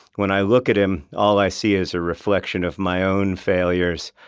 when i look at him, all i see is a reflection of my own failures.